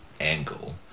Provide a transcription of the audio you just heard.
angle